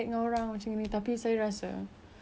sebaik kita ada buruk kan betul tak